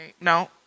No